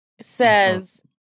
says